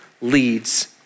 leads